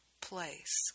place